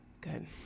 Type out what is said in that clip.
Good